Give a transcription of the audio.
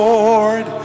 Lord